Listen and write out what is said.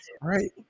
right